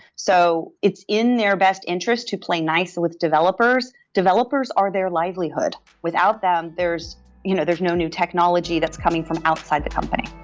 so it's in their best interest to play nice with developers. developers are their livelihood. without them, there's you know there's no new technology that's coming from outside the company.